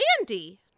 Andy